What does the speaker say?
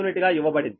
u గా ఇవ్వబడింది